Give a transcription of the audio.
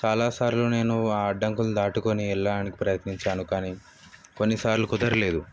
చాలాసార్లు నేను ఆ అడ్డంకులు దాటుకొని వెళ్ళాలని ప్రయత్నించాను కానీ కొన్ని సార్లు కుదరలేదు